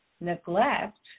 neglect